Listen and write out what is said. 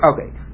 okay